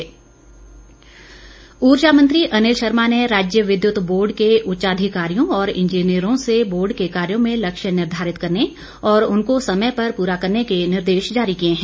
अनिल शर्मा ऊर्जा मंत्री अनिल शर्मा ने राज्य विद्युत बोर्ड के उच्चाधिकारियों और इंजीनियरों से बोर्ड के कार्यों में लक्ष्य निर्धारित करने और उनको समय पर पूरा करने के निर्देश जारी किए हैं